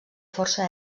força